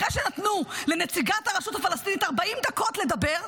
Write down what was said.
אחרי שנתנו לנציגת הרשות הפלסטינית 40 דקות לדבר,